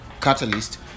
catalyst